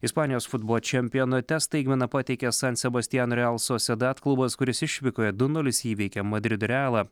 ispanijos futbolo čempionate staigmeną pateikė san sebastiano real sosedad klubas kuris išvykoje du nulis įveikė madrido realą